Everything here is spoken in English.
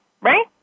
right